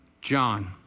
John